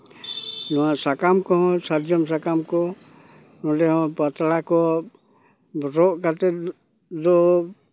ᱟᱨ ᱱᱚᱣᱟ ᱥᱟᱠᱟᱢ ᱠᱚᱦᱚᱸ ᱥᱟᱨᱡᱚᱢ ᱥᱟᱠᱟᱢ ᱠᱚ ᱱᱚᱰᱮᱦᱚᱸ ᱯᱟᱛᱲᱟ ᱠᱚ ᱨᱚᱸᱜ ᱠᱟᱛᱮᱫ ᱫᱚ